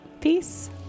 Peace